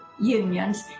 unions